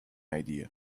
idea